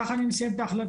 ככה אני מסיים את ההחלטה.